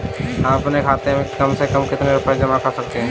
हम अपने खाते में कम से कम कितने रुपये तक जमा कर सकते हैं?